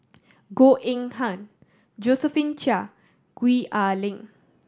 Goh Eng Han Josephine Chia Gwee Ah Leng